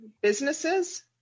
businesses